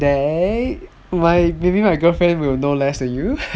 eh maybe my girlfriend will know less than you